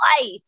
life